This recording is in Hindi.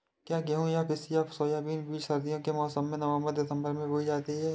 क्या गेहूँ या पिसिया सोना बीज सर्दियों के मौसम में नवम्बर दिसम्बर में बोई जाती है?